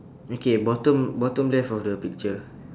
okay bottom bottom left of the picture